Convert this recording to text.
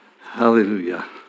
Hallelujah